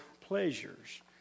pleasures